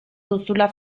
duzula